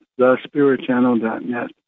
thespiritchannel.net